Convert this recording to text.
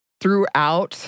throughout